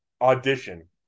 audition